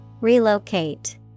Relocate